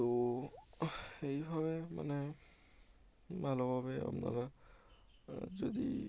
তো এইভাবে মানে ভালোভাবে আপনারা যদি